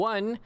One